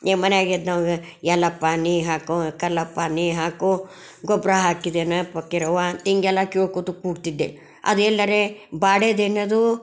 ನೀವು ಮನೆಯಾಗ್ ಇದ್ದಾಗ ಎಲ್ಲಪ್ಪ ನೀ ಹಾಕು ಕಲ್ಲಪ್ಪ ನೀ ಹಾಕು ಗೊಬ್ಬರ ಹಾಕಿದೇನ ಪಕೀರವ್ವ ಹಿಂಗೆಲ್ಲ ಕೇಳ್ಕೋತ ಕೂಗ್ತಿದ್ದೆ ಅದು ಎಲ್ಲರೆ ಬಾಡೇದೇನದು